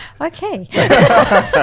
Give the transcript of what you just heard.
Okay